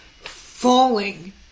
falling